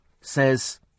says